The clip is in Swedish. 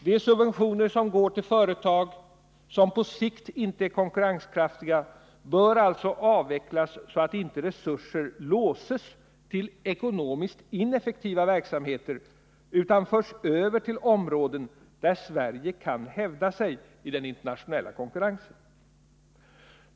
De subventioner som utgår till företag, som på sikt inte är konkurrenskraftiga, bör alltså avvecklas, så att inte resurser låses till ekonomiskt ineffektiva verksamheter utan förs över till områden där Sverige kan hävda sig i den internationella konkurrensen.